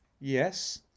Yes